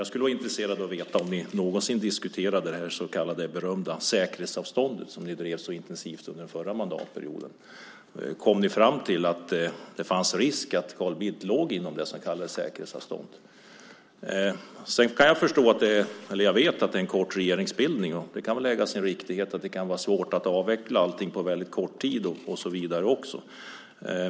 Jag skulle vara intresserad av att veta om ni någonsin diskuterade det berömda så kallade säkerhetsavstånd som ni drev så intensivt under den förra mandatperioden. Kom ni fram till att det fanns en risk att Carl Bildt låg inom det så kallade säkerhetsavståndet? Jag vet att det är en kort regeringsbildning. Det kan väl äga sin riktighet att det kan vara svårt att avveckla allting på väldigt kort tid.